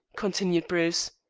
continued bruce.